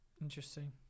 Interesting